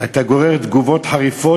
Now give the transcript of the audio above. הייתה גוררת תגובות חריפות,